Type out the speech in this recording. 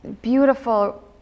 beautiful